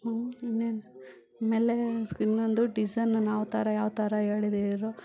ಹ್ಞೂ ಇನ್ನೇನು ಆಮೇಲೆ ಸ್ ಇನ್ನೊಂದು ಡಿಸೈನ್ ನಾವ್ತರ ಯಾವ್ತರ ಹೇಳಿದೀರೋ